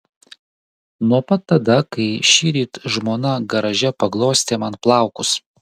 nuo pat tada kai šįryt žmona garaže paglostė man plaukus